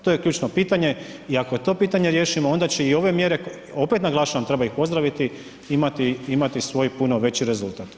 To je ključno pitanje i ako to pitanje riješimo i onda će i ove mjere, opet naglašavam treba ih pozdraviti, imati svoj puno veći rezultat.